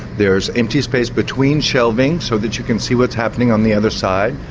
there's empty space between shelving so that you can see what's happening on the other side.